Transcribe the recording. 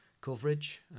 coverage